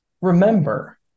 Remember